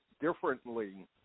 differently